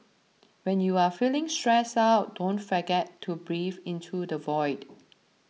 when you are feeling stressed out don't forget to breathe into the void